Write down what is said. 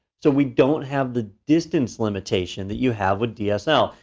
so we don't have the distance limitation that you have with dsl.